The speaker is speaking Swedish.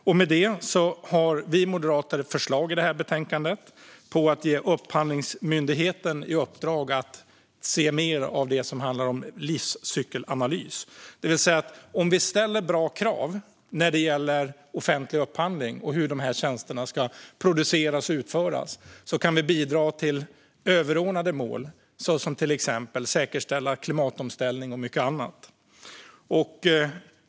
Vi moderater har ett förslag i det här betänkandet om att ge Upphandlingsmyndigheten i uppdrag att se mer av det som handlar om livscykelanalys. Om vi i offentlig upphandling ställer bra krav på hur tjänster ska produceras och utföras kan vi bidra till överordnade mål, till exempel att säkerställa klimatomställningen och mycket annat.